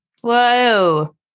Whoa